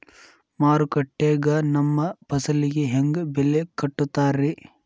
ಮಾರುಕಟ್ಟೆ ಗ ನಮ್ಮ ಫಸಲಿಗೆ ಹೆಂಗ್ ಬೆಲೆ ಕಟ್ಟುತ್ತಾರ ರಿ?